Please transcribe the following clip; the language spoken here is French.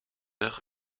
verts